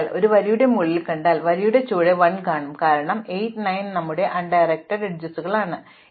അതിനാൽ ഞാൻ വരിയുടെ മുകളിൽ 1 കണ്ടാൽ ഞാൻ വരിയുടെ ചുവടെ 1 കാണും കാരണം 8 9 നമ്മുടെ പരോക്ഷമായ അരികുകൾക്ക് തുല്യമാണ്